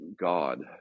God